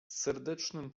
serdecznym